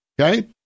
Okay